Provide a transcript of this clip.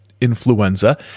influenza